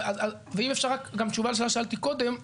ואם אפשר רק תשובה לשאלה ששאלתי קודם.